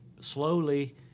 slowly